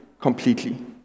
completely